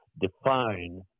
define